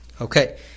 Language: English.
Okay